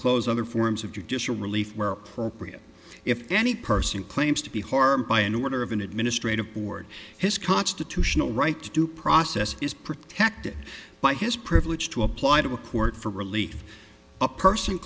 close other forms of judicial relief where appropriate if any person claims to be harmed by an order of an administrative board his constitutional right to due process is protected by his privilege to apply to a court for relief a person